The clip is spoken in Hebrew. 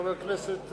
חבר הכנסת